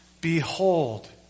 behold